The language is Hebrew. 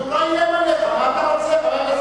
הוא לא איים עליך, מה אתה רוצה?